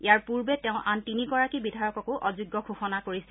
ইয়াৰ পূৰ্বে তেওঁ আন তিনিগৰাকী বিধায়ককো অযোগ্য ঘোষণা কৰিছিল